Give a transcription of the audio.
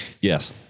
yes